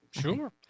Sure